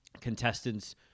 contestants